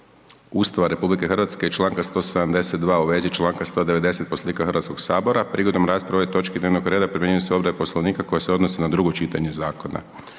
Ustava RH i članka 172. u vezi članka 190. Poslovnika Hrvatskog sabora. Prigodom rasprave o ovoj točki dnevnog reda primjenjuju se odredbe Poslovnika koje se odnose na drugo čitanje zakona.